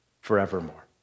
forevermore